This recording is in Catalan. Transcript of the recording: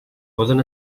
poden